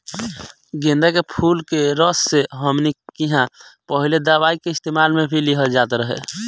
गेन्दा के फुल के रस से हमनी किहां पहिले दवाई के इस्तेमाल मे भी लिहल जात रहे